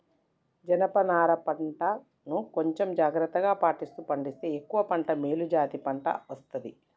జనప నారా పంట ను కొంచెం జాగ్రత్తలు పాటిస్తూ పండిస్తే ఎక్కువ పంట మేలు జాతి పంట వస్తది